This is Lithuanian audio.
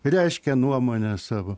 reiškia nuomonę savo